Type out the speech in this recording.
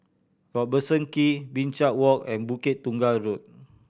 Robertson Quay Binchang Walk and Bukit Tunggal Road